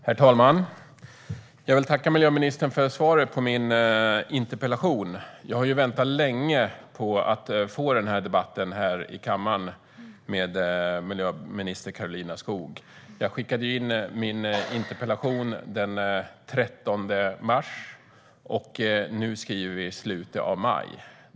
Herr talman! Jag vill tacka miljöministern för svaret på min interpellation. Jag har väntat länge på att få den här debatten här i kammaren med miljöminister Karolina Skog. Jag skickade in min interpellation den 13 mars, och nu skriver vi slutet av maj.